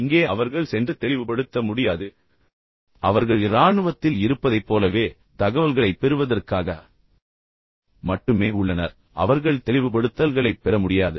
இங்கே அவர்கள் சென்று தெளிவுபடுத்த முடியாது அவர்கள் இராணுவத்தில் இருப்பதைப் போலவே தகவல்களைப் பெறுவதற்காக மட்டுமே உள்ளனர் மேலும் அவர்கள் தெளிவுபடுத்தல்களைப் பெற முடியாது